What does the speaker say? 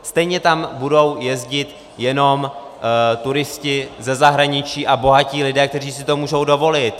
Stejně tam budou jezdit jenom turisté ze zahraničí a bohatí lidé, kteří si to mohou dovolit.